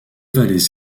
vallées